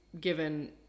given